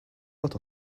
lot